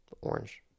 orange